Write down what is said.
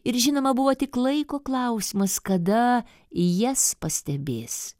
ir žinoma buvo tik laiko klausimas kada jas pastebės